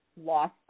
loss